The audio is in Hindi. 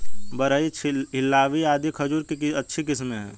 बरही, हिल्लावी आदि खजूर की अच्छी किस्मे हैं